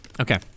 Okay